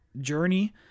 journey